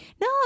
no